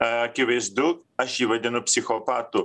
akivaizdu aš jį vadinu psichopatu